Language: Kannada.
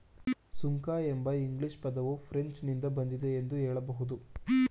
ಸುಂಕ ಎಂಬ ಇಂಗ್ಲಿಷ್ ಪದವು ಫ್ರೆಂಚ್ ನಿಂದ ಬಂದಿದೆ ಎಂದು ಹೇಳಬಹುದು